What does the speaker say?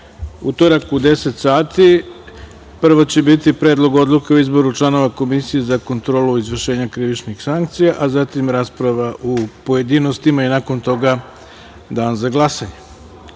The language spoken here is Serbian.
utorak u 10.00 časova. Prvo će biti Predlog odluke o izboru članova Komisije za kontrolu izvršenja krivičnih sankcija, a zatim rasprava u pojedinostima i nakon toga dan za glasanje. Želim